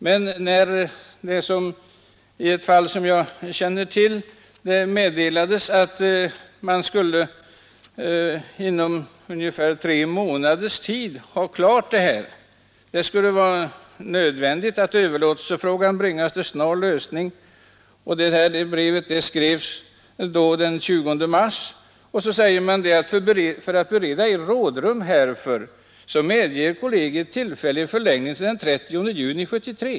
Men i ett fall som jag känner till meddelades det bara att föreningen inom ungefär tre månader skulle vara klar med överlåtelsen. I brevet, som skrevs den 20 mars, sade kommerskollegium att det var nödvändigt att överlåtelsefrågan bringades till snar lösning och att man för att bereda föreningen rådrum för överlåtelsen medgav tillfällig förlängning till den 30 juni 1973.